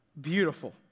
beautiful